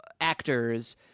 actors